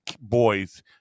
boys